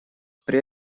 при